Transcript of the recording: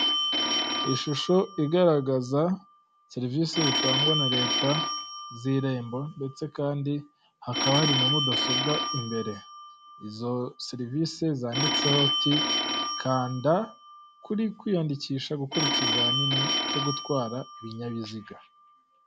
Ishusho igaragaza serivisi zitangwa na leta z'irembo ndetse kandi hakaba hari na mudasobwa imbere. Izo serivisi zanditseho uti "kanda ko uri kwiyandikisha gukora ikizamini cyo gutwara ibinyabiziga".